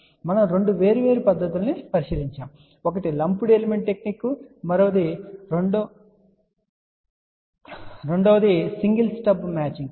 కాబట్టి మనం రెండు వేర్వేరు పద్ధతులను పరిశీలించాము ఒకటి లంపుడ్ ఎలిమెంట్ టెక్నిక్ మరియు రెండవది సింగిల్ స్టబ్ మ్యాచింగ్